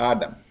Adam